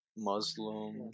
muslim